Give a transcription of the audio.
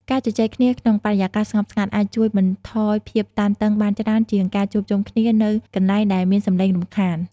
ការជជែកគ្នាក្នុងបរិយាកាសស្ងប់ស្ងាត់អាចជួយបន្ថយភាពតានតឹងបានច្រើនជាងការជួបជុំគ្នានៅកន្លែងដែលមានសម្លេងរំខាន។